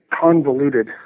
convoluted